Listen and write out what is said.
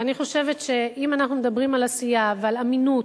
ואני חושבת שאם אנחנו מדברים על עשייה ועל אמינות,